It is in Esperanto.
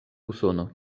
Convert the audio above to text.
usono